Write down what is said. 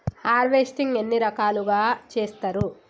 Harvesting ఎన్ని రకాలుగా చేస్తరు?